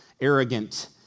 arrogant